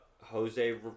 Jose